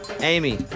Amy